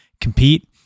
compete